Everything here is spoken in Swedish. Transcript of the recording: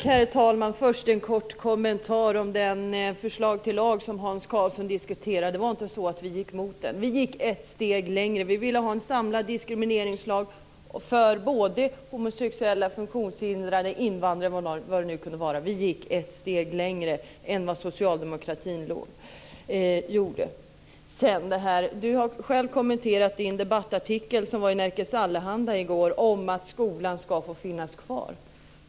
Herr talman! Först har jag en kort kommentar till det förslag till lag som Hans Karlsson diskuterade. Det var inte så att vi gick emot det - vi gick ett steg längre. Vi ville ha en samlad diskrimineringslag för både homosexuella, funktionshindrade, invandrare osv. Vi gick ett steg längre än vad socialdemokratin då gjorde. Hans Karlsson har själv kommenterat sin debattartikel i Nerikes Allehanda i går om att skolan ska få finnas kvar.